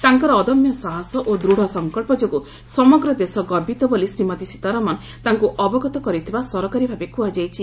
ତାଙ୍କର ଅଦମ୍ୟ ସାହସ ଓ ଦୂଢ ସଂକଳ୍ପ ଯୋଗୁଁ ସମଗ୍ର ଦେଶ ଗର୍ବିତ ବୋଲି ଶ୍ରୀମତୀ ସୀତାରଣମ ତାଙ୍କୁ ଅବଗତ କରିଥିବା ସରକାରୀଭାବେ କୁହାଯାଇଛି